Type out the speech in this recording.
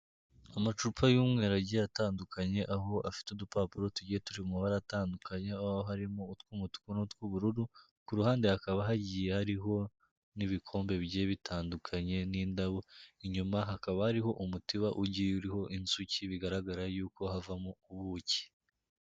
Amacupa y'umweru agiye atandukanye, aho afite udupapuro tugiye turi mu mabara atandukanye, aho harimo utw'umutuku, n'utw'ubururu, ku ruhande hakaba hagiye hariho n'ibikombe bigiye bitandukanye nk'indabo, inyuma hakaba hariho umutiba ugiye uriho inzuki, bigaragara yuko havamo ubuki.